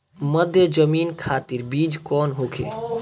मध्य जमीन खातिर बीज कौन होखे?